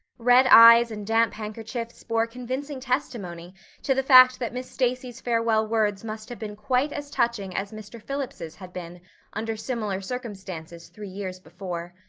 red eyes and damp handkerchiefs bore convincing testimony to the fact that miss stacy's farewell words must have been quite as touching as mr. phillips's had been under similar circumstances three years before.